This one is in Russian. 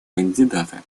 кандидата